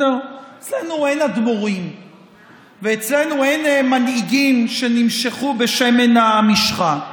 אצלנו אין אדמו"רים ואצלנו אין מנהיגים שנמשחו בשמן המשחה.